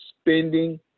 spending